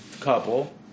couple